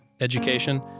education